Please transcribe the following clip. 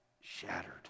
shattered